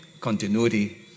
continuity